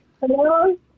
Hello